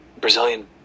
Brazilian